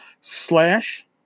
slash